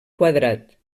quadrat